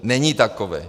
Není takový!